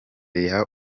riha